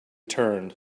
turned